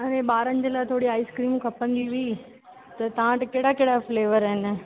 अड़े ॿारनि जे लाइ थोरी आइसक्रीमूं खपंदी हुई त तव्हां वटि कहिड़ा कहिड़ा फ्लेवर आहिनि